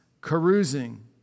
carousing